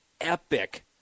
epic